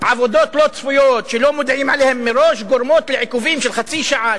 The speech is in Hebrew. ועבודות לא צפויות שלא מודיעים עליהן מראש גורמות לעיכובים של חצי שעה,